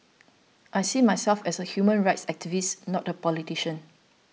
I see myself as a human rights activist not a politician